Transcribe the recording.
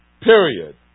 Period